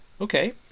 okay